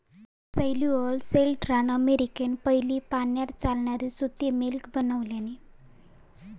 Samuel स्लेटरान अमेरिकेत पयली पाण्यार चालणारी सुती मिल बनवल्यानी